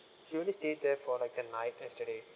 she only stayed there for like the night yesterday